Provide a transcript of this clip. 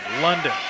London